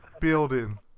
Building